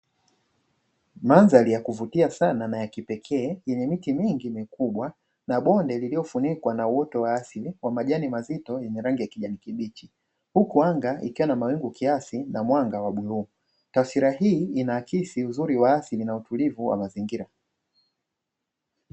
Mandhari ya kuvutia sana na ya kipekee yenye miti mingi mikubwa na bonde lililofunikwa na uoto wa asili wa majani mazito yenye rangi ya kijani kibichi, huku anga ikiwa na mawingu kiasi na mwanga wa bluu, taswira hii inaakisi uzuri wa asili na utulivu wa mazingira.